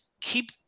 Keep